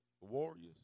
Warriors